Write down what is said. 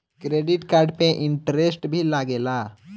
Credit card पे interest भी लागेला?